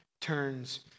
turns